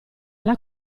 alla